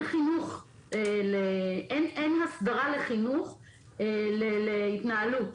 אין הסדרה לחינוך להתנהלות.